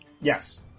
Yes